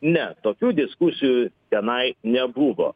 ne tokių diskusijų tenai nebuvo